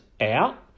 out